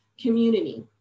community